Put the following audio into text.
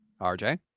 RJ